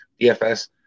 DFS